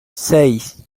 seis